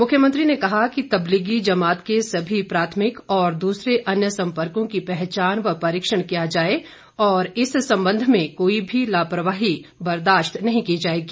मुख्यमंत्री ने कहा कि तबलीगी जमात के सभी प्राथमिक और दूसरे अन्य सम्पर्को की पहचान व परीक्षण किया जाए और इस संबंध में कोई भी लापरवाही बर्दाशत नहीं की जाएगी